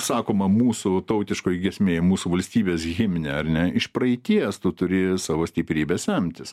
sakoma mūsų tautiškoj giesmėj mūsų valstybės himne ar ne iš praeities tu turi savo stiprybės semtis